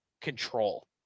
control